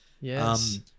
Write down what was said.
yes